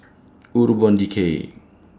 Decay